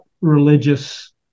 religious